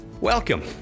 Welcome